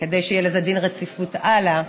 כדי שיהיה לזה דין רציפות, הלאה.